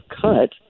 cut